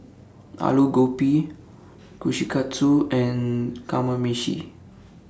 Alu Gobi Kushikatsu and Kamameshi